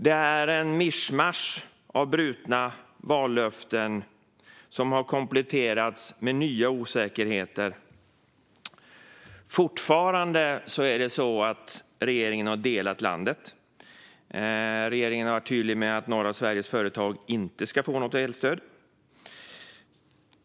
Det är ett mischmasch av brutna vallöften som har kompletterats med nya osäkerheter. Det är fortfarande så att regeringen har delat landet. Den har varit tydlig med att norra Sveriges företag inte ska få något elstöd.